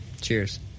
Cheers